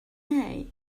hay